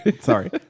sorry